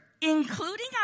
including